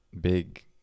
big